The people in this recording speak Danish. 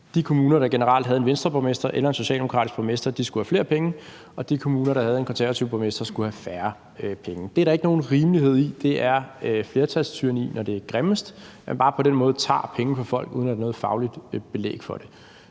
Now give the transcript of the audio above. de kommuner, der generelt havde en Venstreborgmester eller en socialdemokratisk borgmester, skulle have flere penge, og at de kommuner, der havde en konservativ borgmester, skulle have færre penge. Det er der ikke nogen rimelighed i. Det er flertalstyranni, når det er grimmest, at man bare på den måde tager penge fra folk, uden at der er noget fagligt belæg for det.